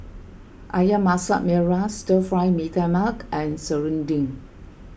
Ayam Masak Merah Stir Fry Mee Tai Mak and Serunding